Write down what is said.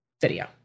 video